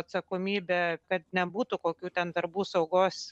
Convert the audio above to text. atsakomybė kad nebūtų kokių ten darbų saugos